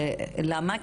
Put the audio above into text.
למה?